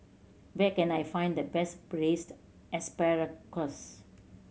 where can I find the best Braised Asparagus